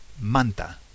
Manta